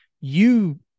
you-